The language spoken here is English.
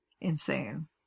insane